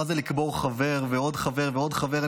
מה זה לקבור חבר ועוד חבר ועוד חבר.